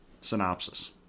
synopsis